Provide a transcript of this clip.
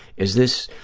is this,